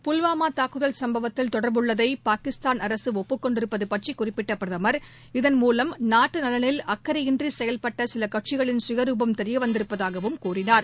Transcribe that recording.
புல்வாமா தாக்குதல் சம்பவத்தில் தொடர்புடையதை பாகிஸ்தான் அரசு ஒப்புக் கொண்டிருப்பது பற்றி குறிப்பிட்ட பிரதமர் இதன் மூலம் நாட்டு நலனில் அக்கறையின்றி செயல்பட்ட சில கட்சிகளின் கயருபம் தெரியவந்திருப்பதாகவும் கூறினார்